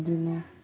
बिदिनो